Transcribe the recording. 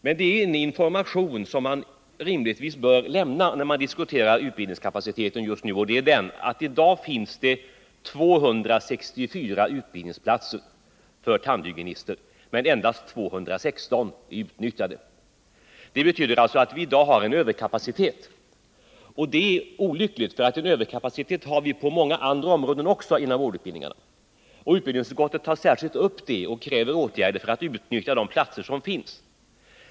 Men en information bör rimligtvis lämnas när man diskuterar utbildningskapaciteten, nämligen att det i dag finns 264 utbildningsplatser för tandhygienister, men endast 216 är utnyttjade. Det betyder att vi har en överkapacitet på detta område. Det är olyckligt, därför att vi har överkapacitet också inom många andra vårdutbildningar. Utbildningsutskottet tar särskilt upp frågan och kräver åtgärder för att utnyttja de platser som finns.